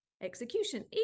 execution